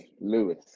Lewis